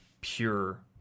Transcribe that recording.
pure